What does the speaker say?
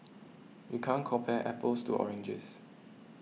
you can't compare apples to oranges